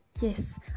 Yes